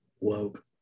woke